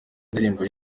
indirimbo